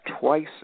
twice